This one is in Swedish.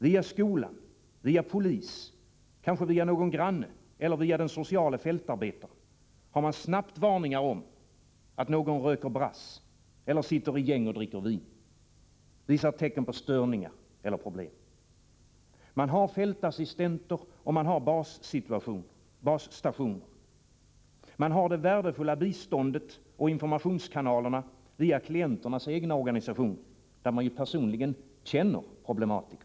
Via skolan, polis, kanske någon granne eller den sociale fältarbetaren har man snabbt varningar om att någon röker brass eller sitter i gäng och dricker vin, visar tecken på störningar eller problem. Man har fältassistenter och man har basstationer. Man har det värdefulla biståndet och informationskanalerna via klienternas egna organisationer, där man personligen känner problematiken.